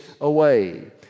away